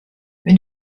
wenn